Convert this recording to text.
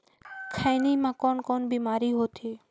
खैनी म कौन कौन बीमारी होथे?